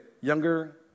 younger